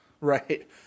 Right